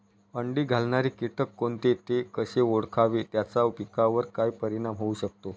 अंडी घालणारे किटक कोणते, ते कसे ओळखावे त्याचा पिकावर काय परिणाम होऊ शकतो?